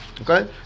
Okay